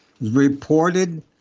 reported